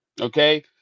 Okay